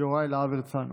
יוראי להב הרצנו,